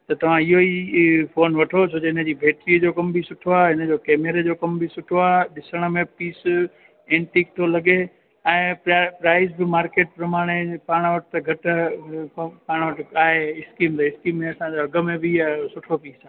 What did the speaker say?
त तव्हां इहो ई फोन वठो छो जो हिनजी बेट्रीअ जो कम बि सुठो आहे हिनजो कैमरे जो कम बि सुठो आहे ॾिसण मे पीस एंटिक थो लॻे ऐं प्रा प्राइस बि मार्केट प्रमाण पाण वटि त घटि पाण वटि आहे स्कीम स्कीम में असांजो अघ में बि सुठो पीस आहे